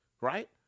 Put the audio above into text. Right